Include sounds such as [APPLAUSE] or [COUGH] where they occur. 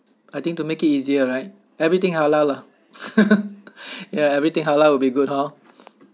I think to make it easier right everything halal lah [LAUGHS] ya everything halal will be good hor